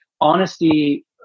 Honesty